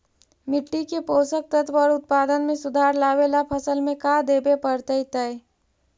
मिट्टी के पोषक तत्त्व और उत्पादन में सुधार लावे ला फसल में का देबे पड़तै तै?